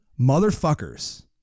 Motherfuckers